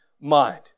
mind